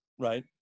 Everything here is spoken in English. Right